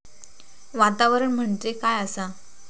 वातावरण म्हणजे काय आसा?